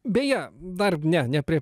beje dar ne ne prie